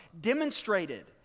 demonstrated